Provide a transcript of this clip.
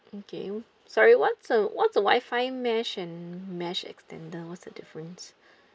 okay sorry what's a what's a WI-FI mesh and mesh extender what's the difference